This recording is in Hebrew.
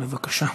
בבקשה.